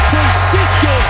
Francisco